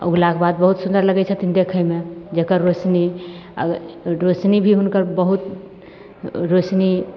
आओर उगलाके बाद बहुत सुन्दर लगय छथिन देखयमे जकर रौशनी रौशनी भी हुनकर बहुत रौशनी